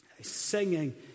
singing